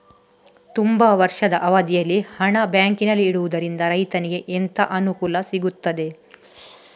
ತುಂಬಾ ವರ್ಷದ ಅವಧಿಯಲ್ಲಿ ಹಣ ಬ್ಯಾಂಕಿನಲ್ಲಿ ಇಡುವುದರಿಂದ ರೈತನಿಗೆ ಎಂತ ಅನುಕೂಲ ಆಗ್ತದೆ?